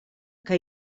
que